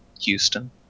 Houston